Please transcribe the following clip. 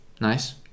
Nice